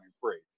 free